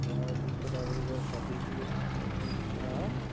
তাৰপিছত আহি গ'ল কাতি বিহু হাঁ